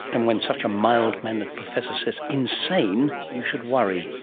and when such a mild mannered professor says insane, you should worry.